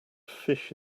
fish